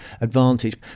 advantage